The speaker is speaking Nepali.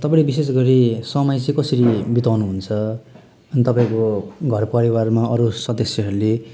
तपाईँले विशेष गरी समय चाहिँ कसरी बिताउनुहुन्छ अनि तपाईँको घरपरिवारमा अरू सदस्यहरूले